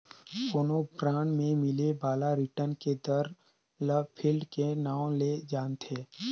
कोनो बांड मे मिले बाला रिटर्न के दर ल सील्ड के नांव ले जानथें